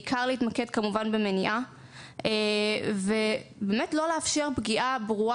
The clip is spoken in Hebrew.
בעיקר להתמקד במניעה ולא לאפשר פגיעה ברורה